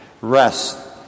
Rest